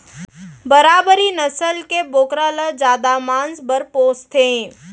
बारबरी नसल के बोकरा ल जादा मांस बर पोसथें